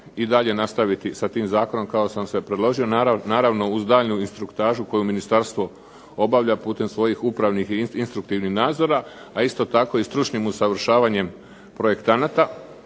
i dalje nastaviti sa tim zakonom kako sam predložio naravno uz daljnju instruktažu koju ministarstvo obavlja putem svojih upravnih i instruktivnih nadzora a isto tako i stručnim usavršavanjem projektanata